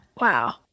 Wow